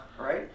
Right